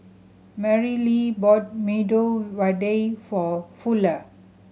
Marylee bought Medu Vada for Fuller